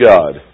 God